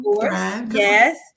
yes